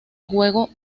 juego